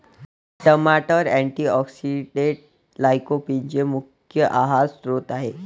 टमाटर अँटीऑक्सिडेंट्स लाइकोपीनचे मुख्य आहार स्त्रोत आहेत